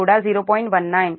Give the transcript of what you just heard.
19 0